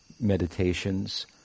meditations